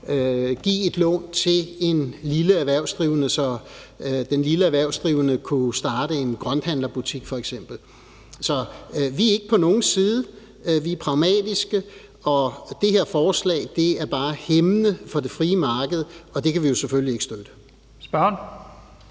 give et lån til en lille erhvervsdrivende, så den lille erhvervsdrivende f.eks. kunne starte en grønthandlerbutik? Så vi er ikke på nogens side, vi er pragmatiske, og det her forslag er bare hæmmende for det frie marked, og det kan vi jo selvfølgelig ikke støtte. Kl.